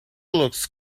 looks